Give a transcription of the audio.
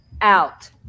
out